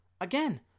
Again